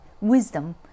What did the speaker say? wisdom